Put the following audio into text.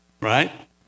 Right